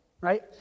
right